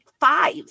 five